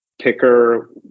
picker